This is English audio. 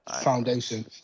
foundation